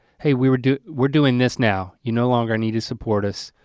hey, we're doing we're doing this now you no longer need to support us.